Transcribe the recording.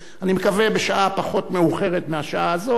אני מקווה בשעה פחות מאוחרת מהשעה הזו.